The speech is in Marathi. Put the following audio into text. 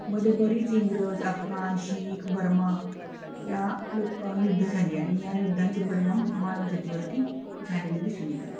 मध्ये बरीच इंग्रज अफगाण शीख बर्मा या लोक युद्ध झाली आणि या युद्धांचे परिणाम मानव जतीवरती झालेले दिसून येतात